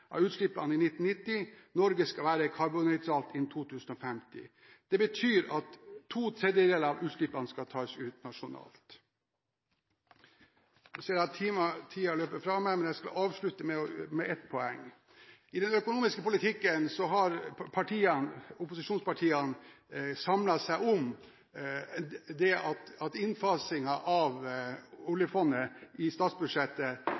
av utslippene i 1990, og Norge skal være karbonnøytralt innen 2050. Det betyr at to tredjedeler av utslippene skal tas ut nasjonalt. Jeg ser at tiden løper fra meg, men jeg skal avslutte med ett poeng: I den økonomiske politikken har opposisjonspartiene samlet seg om det at innfasingen av oljefondet i statsbudsjettet